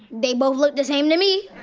they both look the same to me.